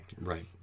Right